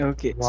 Okay